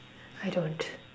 I don't